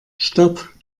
stopp